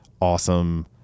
awesome